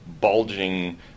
bulging